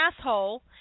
asshole